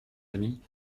amis